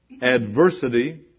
adversity